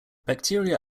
bacteria